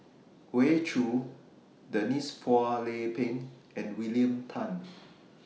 Hoey Choo Denise Phua Lay Peng and William Tan